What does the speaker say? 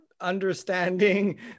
understanding